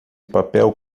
papel